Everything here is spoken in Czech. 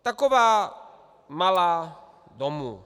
Taková malá domů.